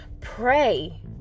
Pray